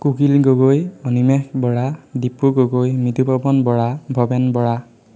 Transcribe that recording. Kukil Gogoi Animesh Bora Dipu Gogoi Mridupawan Bora Bhaben Bora